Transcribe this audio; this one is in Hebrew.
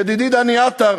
ידידי דני עטר,